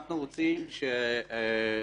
אנחנו רוצים שהציבור,